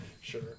Sure